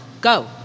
go